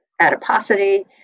adiposity